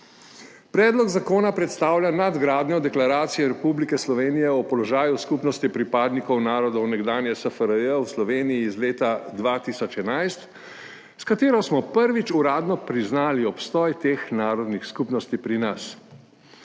Predlog zakona predstavlja nadgradnjo Deklaracije Republike Slovenije o položaju skupnosti pripadnikov narodov nekdanje SFRJ v Sloveniji iz leta 2011, s katero smo prvič uradno priznali obstoj teh narodnih skupnosti pri nas.